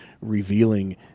revealing